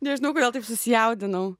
nežinau kodėl taip susijaudinau